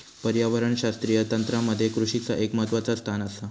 पर्यावरणशास्त्रीय तंत्रामध्ये कृषीचा एक महत्वाचा स्थान आसा